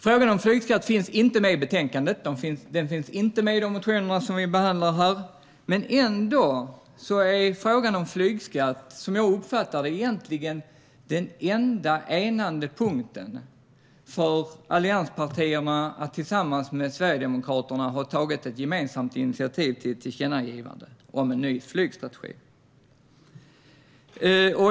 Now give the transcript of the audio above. Frågan om en flygskatt finns inte med i det här betänkandet. Den finns inte med i de motioner som vi behandlar här, men ändå är frågan om flygskatt, som jag uppfattar det, egentligen den enda enande punkten för allianspartierna att tillsammans med Sverigedemokraterna ha tagit ett gemensamt initiativ till ett tillkännagivande om en ny flygstrategi.